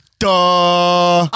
duh